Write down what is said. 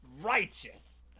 righteous